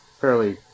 fairly